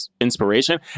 inspiration